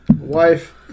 wife